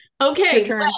okay